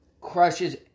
crushes